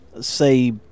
say